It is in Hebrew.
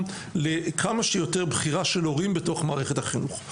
לכמה שיותר בחירה של הורים בתוך מערכת החינוך.